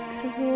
Cause